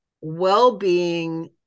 well-being